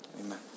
Amen